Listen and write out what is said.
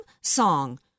song